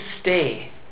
stay